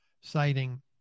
citing